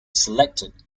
selected